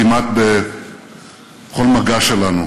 כמעט בכל מגע שלנו